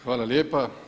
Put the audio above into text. Hvala lijepa.